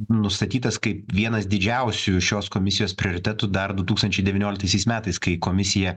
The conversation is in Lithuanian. nustatytas kaip vienas didžiausių šios komisijos prioritetų dar du tūkstančiai devynioliktaisiais metais kai komisija